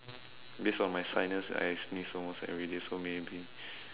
based on my sinus I sneeze almost everyday so maybe